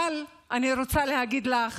אבל אני רוצה להגיד לך